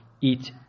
eat